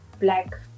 Black